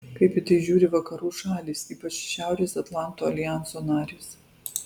kaip į tai žiūri vakarų šalys ypač šiaurės atlanto aljanso narės